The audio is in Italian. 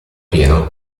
pieno